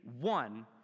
one